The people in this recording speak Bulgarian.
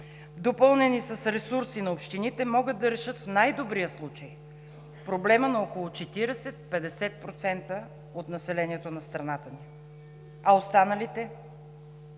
допълнени с ресурси на общините, могат да решат в най-добрия случай проблема на около 40 – 50% от населението на страната ни. А останалите?